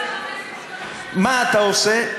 מה אתה עושה,